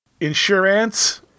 Insurance